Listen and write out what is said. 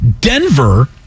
Denver